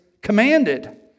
commanded